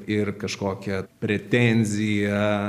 ir kažkokią pretenziją